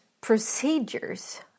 procedures